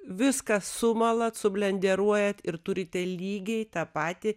viską sumalat sublenderuojat ir turite lygiai tą patį